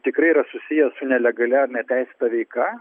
tikrai yra susiję su nelegalia neteisėta veika